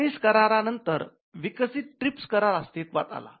Paris करारानंतर विकसित TRIPS करार अस्तित्वात आला